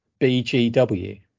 BGW